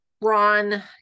ron